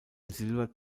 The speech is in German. silber